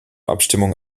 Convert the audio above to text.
abstimmung